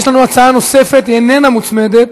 יש לנו הצעה נוספת, היא איננה מוצמדת: